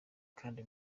kandi